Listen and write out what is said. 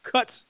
cuts